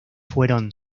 fueron